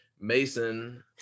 Mason